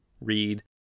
read